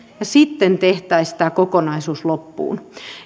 ja sitten tehtäisiin tämä kokonaisuus loppuun